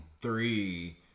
three